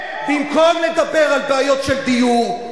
במקום לדבר על בעיות של דיור,